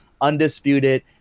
undisputed